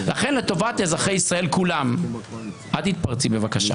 לכן לטובת אזרחי ישראל כולם ------ על תתפרצי בבקשה.